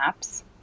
apps